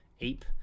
ape